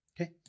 okay